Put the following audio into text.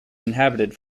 inhabited